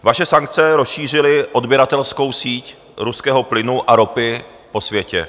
Vaše sankce rozšířily odběratelskou síť ruského plynu a ropy po světě.